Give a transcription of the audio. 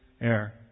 air